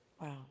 Wow